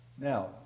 Now